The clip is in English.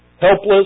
Helpless